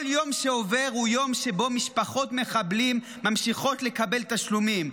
כל יום שעובר הוא יום שבו משפחות מחבלים ממשיכות לקבל תשלומים,